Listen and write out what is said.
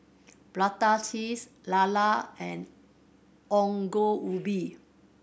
prata cheese lala and Ongol Ubi